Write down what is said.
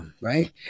Right